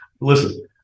Listen